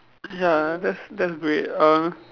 ya that's that's great uh